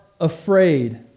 afraid